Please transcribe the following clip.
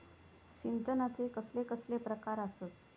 सिंचनाचे कसले कसले प्रकार आसत?